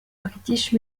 british